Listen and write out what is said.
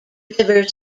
rivers